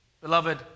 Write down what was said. Beloved